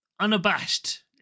unabashed